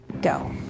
go